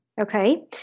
Okay